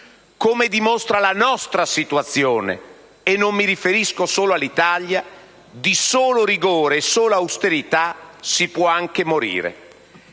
Come dimostra la nostra situazione (e non mi riferisco solo all'Italia), di solo rigore e austerità si può anche morire.